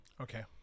Okay